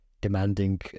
demanding